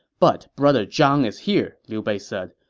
but brother zhang is here, liu bei said.